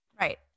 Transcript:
right